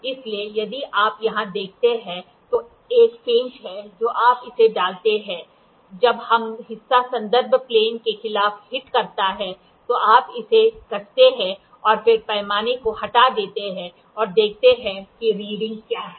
इसलिए यदि आप यहां देखते हैं तो एक पेंच है जो आप इसे डालते हैं जब यह हिस्सा संदर्भ प्लेन के खिलाफ हिट करता है तो आप इसे कसते हैं और फिर पैमाने को हटा देते हैं और देखते हैं कि रीडिंग क्या है